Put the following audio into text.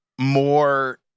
more